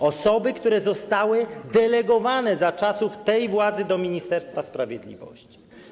To osoby, które zostały delegowane za czasów tej władzy do Ministerstwa Sprawiedliwości.